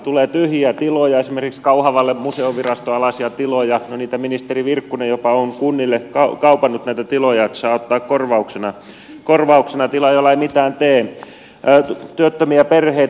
tulee tyhjiä tiloja esimerkiksi kauhavalle museoviraston alaisia tiloja no ministeri virkkunen jopa on kunnille kaupannut näitä tiloja että saa ottaa korvauksena tilan jolla ei mitään tee ja työttömiä perheitä